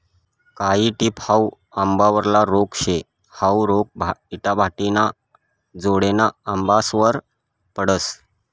कायी टिप हाउ आंबावरला रोग शे, हाउ रोग इटाभट्टिना जोडेना आंबासवर पडस